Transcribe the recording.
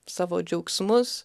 savo džiaugsmus